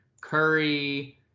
Curry